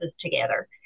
together